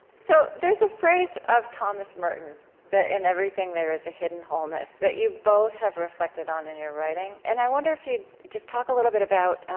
so there's a phrase of thomas merton that in everything there is a hidden wholeness that you both have reflected on in your writing. and i wonder if you'd just talk a little bit about